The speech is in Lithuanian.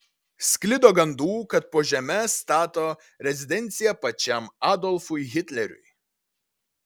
sklido gandų kad po žeme stato rezidenciją pačiam adolfui hitleriui